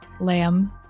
lamb